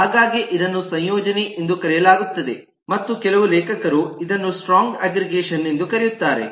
ಆಗಾಗ್ಗೆ ಇದನ್ನು ಸಂಯೋಜನೆ ಎಂದು ಕರೆಯಲಾಗುತ್ತದೆ ಮತ್ತು ಕೆಲವು ಲೇಖಕರು ಇದನ್ನು ಸ್ಟ್ರಾಂಗ್ ಅಗ್ರಿಗೇಷನ್ ಎಂದೂ ಕರೆಯುತ್ತಾರೆ